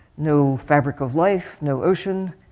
know fabric of life, no ocean.